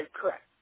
Correct